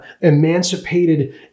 emancipated